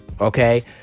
okay